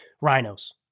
rhinos